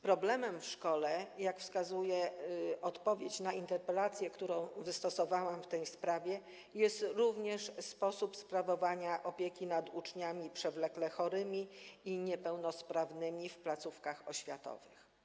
Problemem w szkole, jak wskazuje odpowiedź na interpelację, którą wystosowałam w tej sprawie, jest również sposób sprawowania opieki nad uczniami przewlekle chorymi i niepełnosprawnymi w placówkach oświatowych.